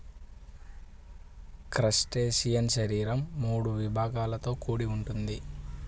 crustacean శరీరం మూడు విభాగాలతో కూడి ఉంటుంది